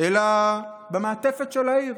אלא במעטפת של העיר.